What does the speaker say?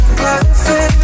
perfect